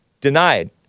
denied